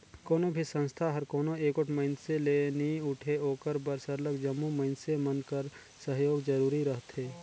कोनो भी संस्था हर कोनो एगोट मइनसे ले नी उठे ओकर बर सरलग जम्मो मइनसे मन कर सहयोग जरूरी रहथे